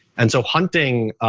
and so hunting,